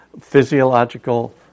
physiological